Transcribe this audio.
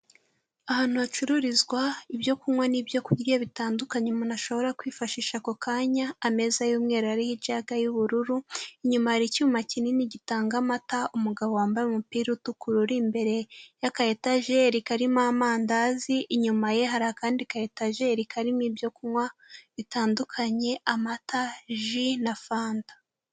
Ahantu hacururizwa ibyo kunywa n'ibyo kurya bitandukanye umuntu ashobora kwifashisha ako kanya, ameza y'umweru ariho ijage y'ubururu, inyuma hari icyuma kinini gitanga amata, umugabo wambaye umupira utukura uri imbere ya akayetajeri karimo amandazi, inyuma ye hari akandi kayetajeri karimo ibyo kunywa bitandukanye, amata, ji na fanta.